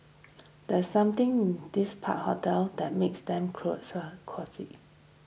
there's something this part hotel that makes them cosy